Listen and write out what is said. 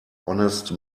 honest